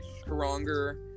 stronger